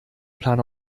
plan